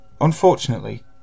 Unfortunately